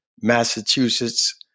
Massachusetts